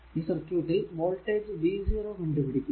ഈ സർക്യൂട്ടിൽ voltage v0 കണ്ടു പിടിക്കുക